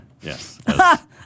yes